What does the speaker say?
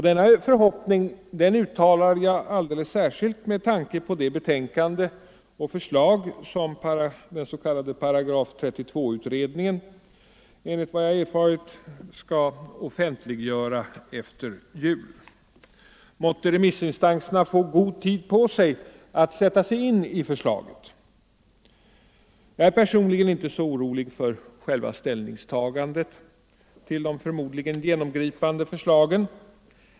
Denna förhoppning uttalar jag alldeles särskilt med tanke på det betänkande och förslag som den s.k. § 32-utredningen, enligt vad jag erfarit, skall offentliggöra efter jul. Måtte remissinstanserna få god tid på sig att sätta sig in i förslaget. Jag är personligen inte så orolig för själva ställningstagandet till de förmodligen genomgripande förslagen.